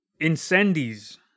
Incendies